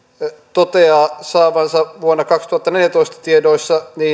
toteaa saavansa vuoden kaksituhattaneljätoista tiedoilla